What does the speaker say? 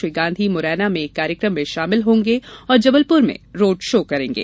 श्री गांधी मुरैना में एक कार्यक्रम में शामिल होंगे और जबलपुर में रोड शो करेंगे